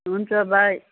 हुन्छ बाई